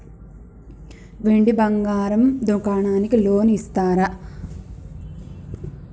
వెండి బంగారం దుకాణానికి లోన్ ఇస్తారా?